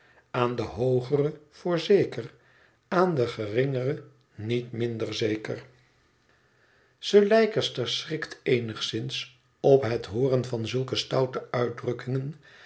aan de hoogere voorzeker aan de geringere niet minder zeker sir leicester schrikt eenigszins op het hooren van zulke stoute uitdrukkingen